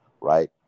right